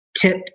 tip